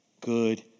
good